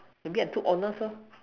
maybe I'm too honest lah